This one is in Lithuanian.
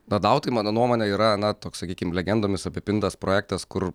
na dau tai mano nuomone yra na toks sakykim legendomis apipintas projektas kur